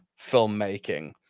filmmaking